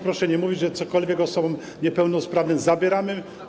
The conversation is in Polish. Proszę nie mówić, że cokolwiek osobom niepełnosprawnym zabieramy.